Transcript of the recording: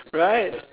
right